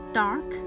dark